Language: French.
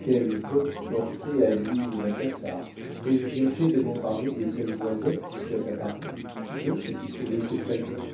quelle botte portée à l'huile de macassar ai-je bien fait de m'emparer des seules noisettes qui soient à paris où donc as-tu trouvé ces flacons